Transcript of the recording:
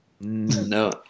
no